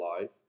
life